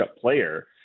player